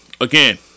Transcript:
Again